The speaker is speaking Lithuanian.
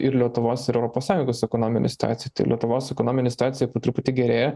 ir lietuvos ir europos sąjungos ekonominė situacija tai lietuvos ekonominė situacija po truputį gerėja